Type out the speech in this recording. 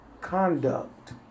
Conduct